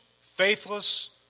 faithless